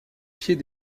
pied